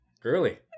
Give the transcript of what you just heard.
girly